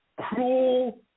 cruel